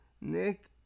Nick